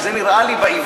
כי זה נראה לי בעברית,